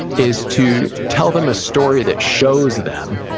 is to tell them a story that shows them,